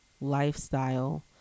lifestyle